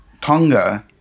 Tonga